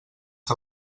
que